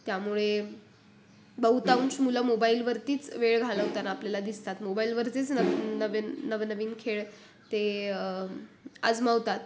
त्यामुळे बहुतांश मुलं मोबाईलवरतीच वेळ घालवताना आपल्याला दिसतात मोबाईलवरतीच नवीन नवनवीन खेळ ते आजमावतात